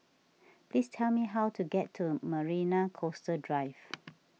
please tell me how to get to Marina Coastal Drive